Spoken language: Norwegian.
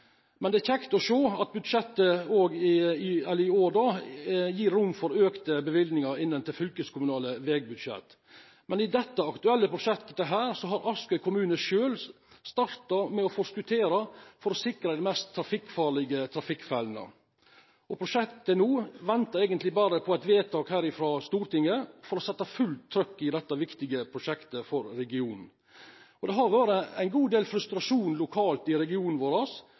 men det er kjekt å se at budsjettet i år gir rom for økte bevilgninger til fylkeskommunale veibudsjetter. I det aktuelle prosjektet har Askøy kommune selv startet å forskuttere for å sikre de farligste trafikkfellene, og prosjektet venter nå egentlig bare på et vedtak fra Stortinget for å sette full trøkk i dette viktige prosjektet for regionen. Det har vært en god del frustrasjon lokalt i regionen vår,